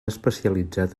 especialitzat